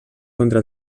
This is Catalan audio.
contra